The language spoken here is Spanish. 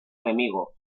enemigo